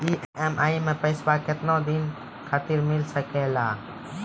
EMI मैं पैसवा केतना दिन खातिर मिल सके ला?